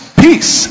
peace